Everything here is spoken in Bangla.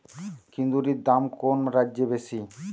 কুঁদরীর দাম কোন রাজ্যে বেশি?